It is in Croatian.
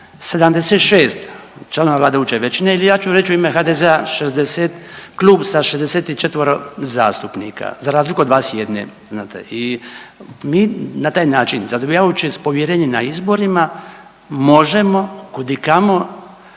76 članova vladajuće većine ili ja ću reći u ime HDZ-a 60, klub sa 64 zastupnika. Za razliku od vas jedne. Znate, i mi na taj način zadobivajući povjerenje na izborima možemo kudikamo